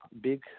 big